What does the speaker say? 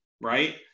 right